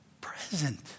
present